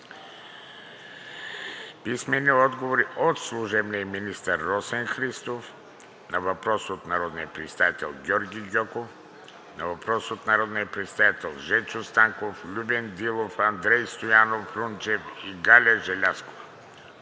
Христо Гаджев; – служебния министър Росен Христов на въпрос от народния представител Георги Гьоков; на въпрос от народните представители Жечо Станков, Любен Дилов, Андрей Стоянов Рунчев и Галя Желязкова;